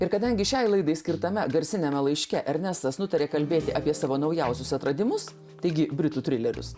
ir kadangi šiai laidai skirtame garsiniame laiške ernestas nutarė kalbėti apie savo naujausius atradimus taigi britų trilerius